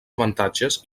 avantatges